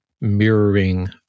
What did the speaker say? mirroring